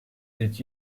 did